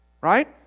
Right